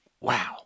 wow